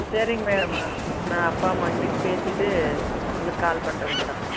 சரிங்க மேடம் நான் அப்பா அம்மாக்கிட்ட பேசிவிட்டு உங்களுக்கு கால் பண்ணுறங்க மேடம்